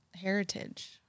Heritage